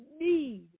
need